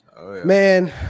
Man